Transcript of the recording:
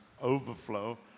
overflow